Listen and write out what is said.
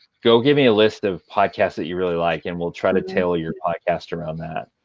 go give me a list of podcasts that you really like, and we'll try to tailor your podcast around that.